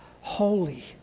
holy